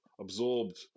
absorbed